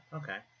okay